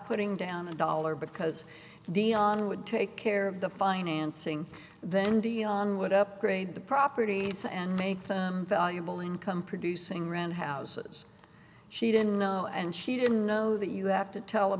putting down a dollar because the honor would take care of the financing then dion would upgrade the properties and make them valuable income producing rent houses she didn't know and she didn't know that you have to tell a